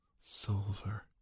silver